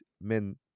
men